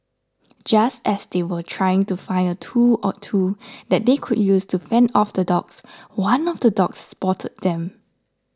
just as they were trying to find a tool or two that they could use to fend off the dogs one of the dogs spotted them